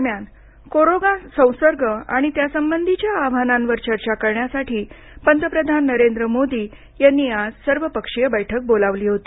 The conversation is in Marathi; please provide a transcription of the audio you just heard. दरम्यान कोरोना संसर्ग आणि त्यासंबंधीच्या आव्हानांवर चर्चा करण्यासाठी पंतप्रधान नरेंद्र मोदी यांनी आज सर्व पक्षीय बैठक बोलावली होती